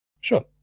Sure